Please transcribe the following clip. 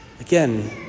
Again